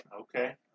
Okay